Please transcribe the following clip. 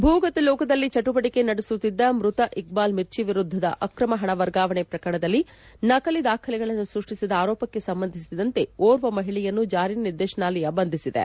ಭೂಗತ ಲೋಕದಲ್ಲಿ ಚಟುವಟಕೆ ನಡೆಸುತ್ತಿದ್ದ ಮೃತ ಇಕ್ಟಾಲ್ ಮಿರ್ಚಿ ವಿರುದ್ಧದ ಅಕ್ರಮ ಹಣ ವರ್ಗಾವಣೆ ಪ್ರಕರಣದಲ್ಲಿ ನಕಲಿ ದಾಖಲೆಗಳನ್ನು ಸೃಷ್ಟಿಸಿದ ಆರೋಪಕ್ಕೆ ಸಂಬಂಧಿಸಿದಂತೆ ಓರ್ವ ಮಹಿಳೆಯನ್ನು ಜಾರಿ ನಿರ್ದೇಶನಾಲಯ ಬಂಧಿಸಿದೆ